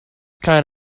kind